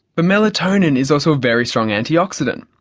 but melatonin is also a very strong antioxidant.